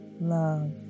love